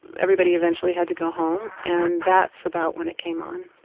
everybody eventually had to go home and that's about when it came on.